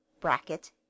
bracket